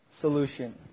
solution